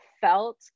felt